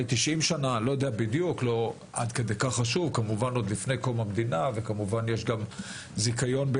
לפני קום המדינה וישנו זיכיון מקביל